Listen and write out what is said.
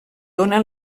dóna